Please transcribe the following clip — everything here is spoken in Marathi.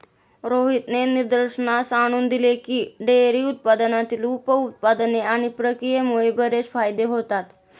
रोहितने निदर्शनास आणून दिले की, डेअरी उद्योगातील उप उत्पादने आणि प्रक्रियेमुळे बरेच फायदे होतात